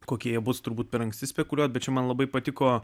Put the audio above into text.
kokie jie bus turbūt per anksti spekuliuoti bet man labai patiko